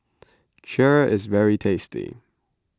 Kheer is very tasty